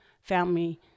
family